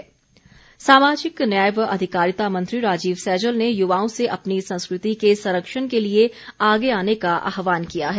सैजल सामाजिक न्याय व अधिकारिता मंत्री राजीव सैजल ने युवाओं से अपनी संस्कृति के संरक्षण के लिए आगे आने का आह्वान किया है